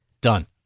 Done